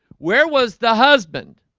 where was the husband